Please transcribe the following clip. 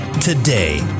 today